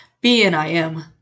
B-N-I-M